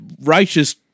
righteous